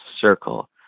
circle